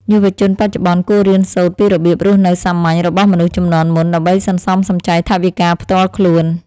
យុវជនបច្ចុប្បន្នគួររៀនសូត្រពីរបៀបរស់នៅសាមញ្ញរបស់មនុស្សជំនាន់មុន ដើម្បីសន្សំសំចៃថវិកាផ្ទាល់ខ្លួន។